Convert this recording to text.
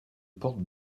portes